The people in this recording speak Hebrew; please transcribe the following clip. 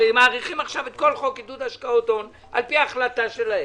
הרי מאריכים עכשיו את כל חוק עידוד השקעות הון על-פי ההחלטה שלהם